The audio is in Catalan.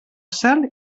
sal